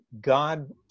God